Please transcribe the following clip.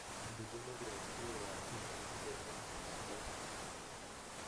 didinu greitį ir veltui mėginu bėgdamas prisidegti